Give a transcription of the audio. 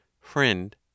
FRIEND